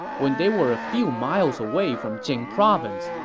when they were a few miles away from jing province,